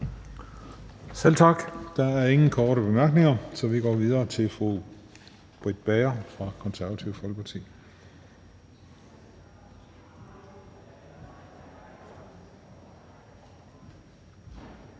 Selv tak. Der er ingen korte bemærkninger, så vi går videre til fru Britt Bager fra Det Konservative Folkeparti.